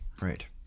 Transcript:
right